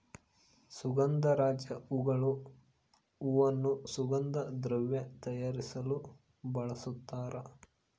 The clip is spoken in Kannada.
ಸುಗಂಧರಾಜ ಹೂಗಳು ಹೂವನ್ನು ಸುಗಂಧ ದ್ರವ್ಯ ತಯಾರಿಸಲು ಬಳಸ್ತಾರ